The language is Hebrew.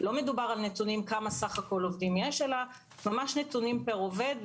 לא מדובר על נתונים על כמה בסך הכול עובדים יש אלא ממש נתונים פר עובד,